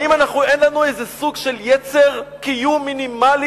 האם אין לנו איזה סוג של יצר קיום מינימלי,